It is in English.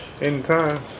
Anytime